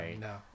no